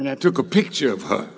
and i took a picture of her